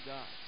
God